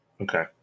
Okay